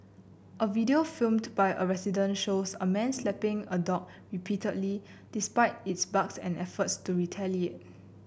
a video filmed by a resident shows a man slapping a dog repeatedly despite its barks and efforts to retaliate